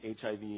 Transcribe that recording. HIV